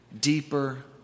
deeper